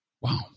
Wow